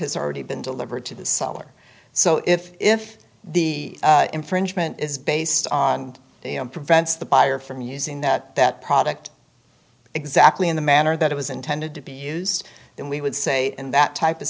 has already been delivered to the seller so if if the infringement is based on prevents the buyer from using that that product exactly in the manner that it was intended to be used then we would say in that type of